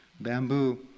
Bamboo